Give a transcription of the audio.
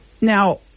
Now